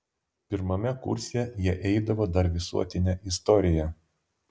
pirmame kurse jie eidavo dar visuotinę istoriją